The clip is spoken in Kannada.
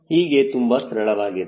ಹೀಗೆ ತುಂಬಾ ಸರಳವಾಗಿದೆ